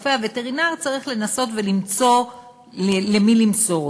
הרופא הווטרינר צריך לנסות ולמצוא למי למסור אותו.